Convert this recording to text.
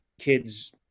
kids